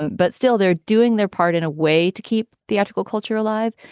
but still they're doing their part in a way to keep the article culture alive.